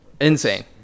Insane